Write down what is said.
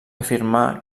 afirmà